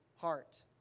heart